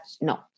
no